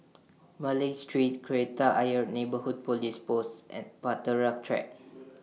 Malay Street Kreta Ayer Neighbourhood Police Post and Bahtera Track